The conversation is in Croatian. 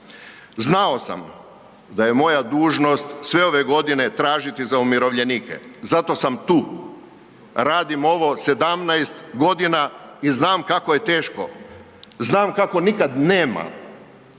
Znao sam da je moja dužnost sve ove godine tražiti za umirovljenike. Zato sam tu. Radim ovo 17 godina i znam kako je teško. Znam kako nikad nema.